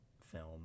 film